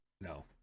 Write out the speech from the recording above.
No